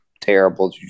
terrible